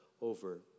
over